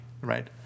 right